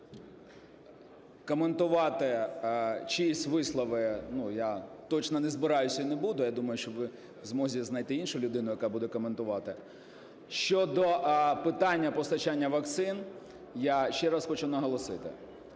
коментувати чиїсь вислови я точно не збираюсь і не буду. Я думаю, що ви в змозі знайти іншу людину, яка буде коментувати. Щодо питання постачання вакцин, я ще раз хочу наголосити,